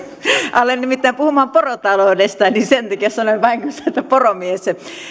alan nimittäin puhumaan porotaloudesta niin sen takia sanoin vahingossa poromies